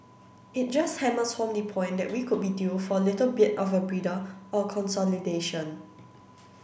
it just hammers home the point that we could be due for a little bit of a breather or consolidation